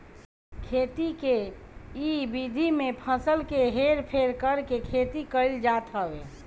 खेती के इ विधि में फसल के हेर फेर करके खेती कईल जात हवे